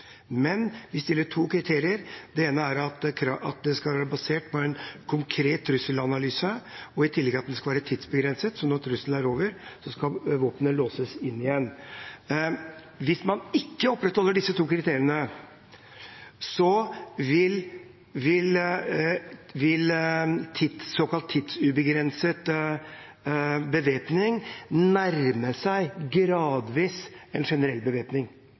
Men vi vil at det skal legges to kriterier til grunn: Det ene er at det skal være basert på en konkret trusselanalyse, det andre at det skal være tidsbegrenset. Når trusselen er over, skal våpnene låses inn igjen. Hvis man ikke opprettholder disse to kriteriene, vil såkalt tidsubegrenset bevæpning gradvis nærme seg en generell bevæpning.